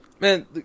man